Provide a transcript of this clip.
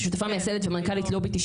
שותפה מייסדת ומנכ"לית לובי 99,